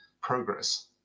progress